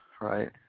right